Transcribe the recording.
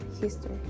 history